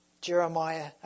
Jeremiah